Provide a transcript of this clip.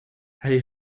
hij